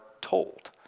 told